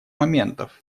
моментов